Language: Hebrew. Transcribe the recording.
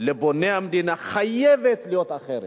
לבוני המדינה, חייבת להיות אחרת,